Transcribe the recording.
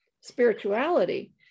spirituality